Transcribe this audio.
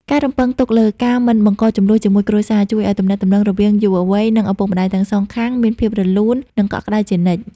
ការរំពឹងទុកលើ "ការមិនបង្កជម្លោះជាមួយគ្រួសារ" ជួយឱ្យទំនាក់ទំនងរវាងយុវវ័យ និងឪពុកម្ដាយទាំងសងខាងមានភាពរលូន និងកក់ក្ដៅជានិច្ច។